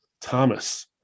Thomas